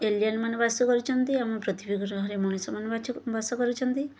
ଏଲିଏନ୍ମାନେ ବାସ କରୁଛନ୍ତି ଆମ ପୃଥିବୀ ଗ୍ରହରେ ମଣିଷମାନେ ବାସ କରୁଛନ୍ତି